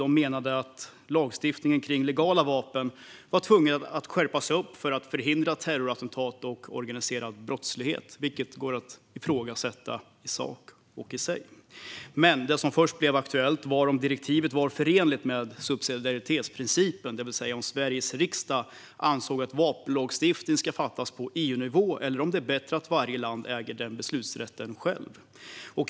De menade att lagstiftningen kring legala vapen måste skärpas för att man skulle förhindra terrorattentat och organiserad brottslighet, vilket i sig och i sak går att ifrågasätta. Det som först blev aktuellt var om direktivet var förenligt med subsidiaritetsprincipen, det vill säga om Sveriges riksdag ansåg att vapenlagstiftning ska fattas på EU-nivå eller om det är bättre att varje land självt äger beslutsrätten.